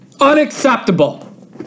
Unacceptable